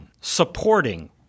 supporting